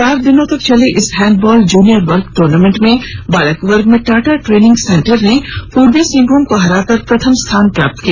चार दिनों तक चले इस हैंडबॉल जूनियर वर्ग ट्र्नामेंट में बालक वर्ग में टाटा ट्रेनिंग सेंटर ने पूर्वी सिंहभूम को हराकर प्रथम स्थान प्राप्त किया